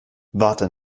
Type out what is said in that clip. warte